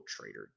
traitor